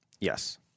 Yes